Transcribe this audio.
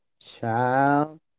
Child